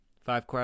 Five